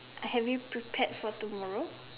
I have you prepared for tomorrow